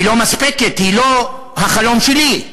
היא לא מספקת, היא לא החלום שלי,